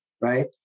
right